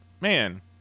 man